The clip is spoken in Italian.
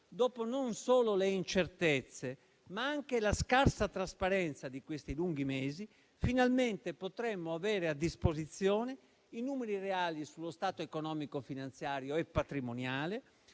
Dopo, non solo le incertezze, ma anche la scarsa trasparenza di questi lunghi mesi, finalmente potremo avere a disposizione i numeri reali sullo stato economico finanziario e patrimoniale,